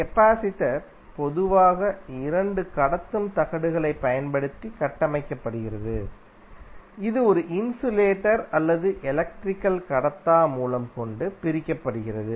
எனவே கெபாசிடர் பொதுவாக இரண்டு கடத்தும் தகடுகளைப் பயன்படுத்தி கட்டமைக்கப்படுகிறது இது ஒரு இன்சுலேட்டர் அல்லது எலக்ட்ரிக்கல் கடத்தா மூலம் கொண்டு பிரிக்கப்படுகிறது